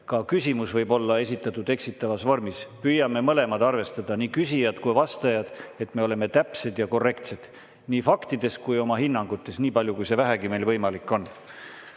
Ka küsimus võib olla esitatud eksitavas vormis. Püüame mõlemad arvestada, nii küsijad kui ka vastajad, et me oleksime täpsed ja korrektsed nii faktides kui ka oma hinnangutes, niipalju kui see vähegi võimalik on. Aga